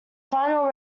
final